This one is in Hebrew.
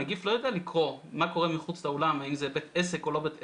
הנגיף לא יודע לקרוא האם זה בית עסק או לא בית עסק.